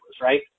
right